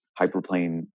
Hyperplane